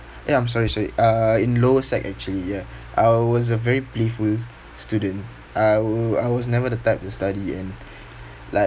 eh I'm sorry sorry uh in lower sec actually ya I was a very playful student I wa~ I was never the type to study and like